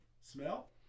Smell